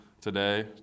today